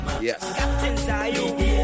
Yes